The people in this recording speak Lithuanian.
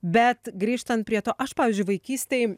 bet grįžtant prie to aš pavyzdžiui vaikystėj